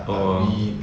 oh